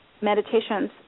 meditations